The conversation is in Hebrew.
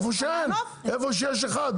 איפה שאין, איפה שיש אחד.